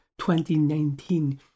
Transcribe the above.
2019